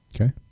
Okay